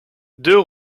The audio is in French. deux